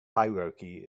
hierarchy